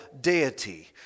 deity